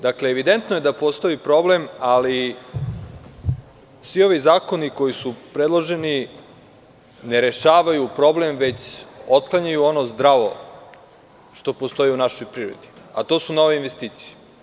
Dakle, evidentno je da postoji problem, ali, svi ovi zakoni koji su predloženi ne rešavaju problem već otklanjaju ono zdravo što postoji u našoj privredi, a to su nove investicije.